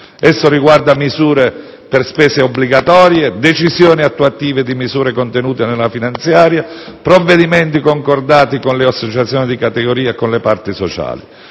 Esso riguarda misure per spese obbligatorie, decisioni attuative di misure contenute nella finanziaria, provvedimenti concordati con le associazioni di categoria e con le parti sociali.